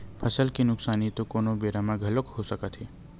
फसल के नुकसानी तो कोनो बेरा म घलोक हो सकत हे